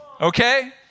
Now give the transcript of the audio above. okay